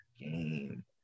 game